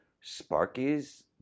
Sparky's